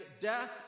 death